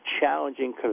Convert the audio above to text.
challenging